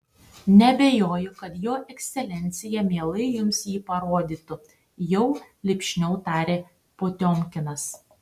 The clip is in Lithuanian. neabejoju kad jo ekscelencija mielai jums jį parodytų jau lipšniau tarė potiomkinas